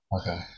Okay